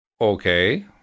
Okay